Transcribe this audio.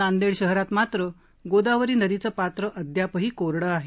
नांदेड शहरात मात्र गोदावरी नदीचं पात्र अद्यापही कोरडं आहे